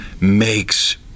makes